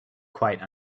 quite